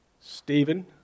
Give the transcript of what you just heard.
Stephen